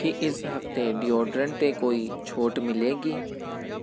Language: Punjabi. ਕੀ ਇਸ ਹਫ਼ਤੇ ਡੀਓਡਰੈਂਟਸ 'ਤੇ ਕੋਈ ਛੋਟ ਮਿਲੇਗੀ